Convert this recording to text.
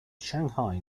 shanghai